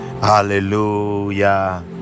Hallelujah